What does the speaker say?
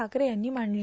ठाकरे यांनी मांडली